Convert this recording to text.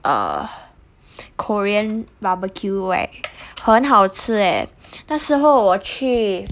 uh korean barbecue right 很好吃 eh 那时候我去